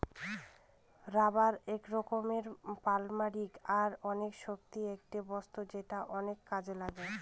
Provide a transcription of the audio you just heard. rubber এক রকমের polymer আর অনেক শক্ত একটা বস্তু যেটা অনেক কাজে লাগে